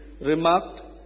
remarked